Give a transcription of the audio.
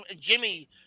Jimmy